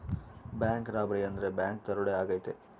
bank robbery ಅಂದ್ರೆ bank ದರೋಡೆ ಆಗೈತೆ